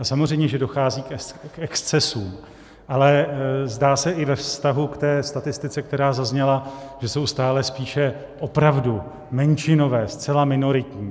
Samozřejmě že dochází k excesům, ale zdá se i ve vztahu k té statistice, která zazněla, že jsou stále spíše opravdu menšinové, zcela minoritní.